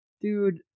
dude